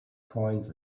coins